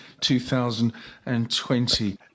2020